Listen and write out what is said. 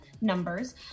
numbers